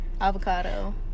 avocado